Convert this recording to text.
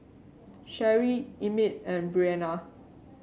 Sherie Emmit and Breana